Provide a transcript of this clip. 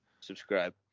Subscribe